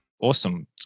awesome